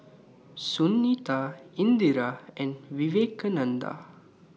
Sunita Indira and Vivekananda